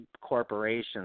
corporations